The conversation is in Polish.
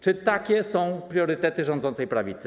Czy takie są priorytety rządzącej prawicy?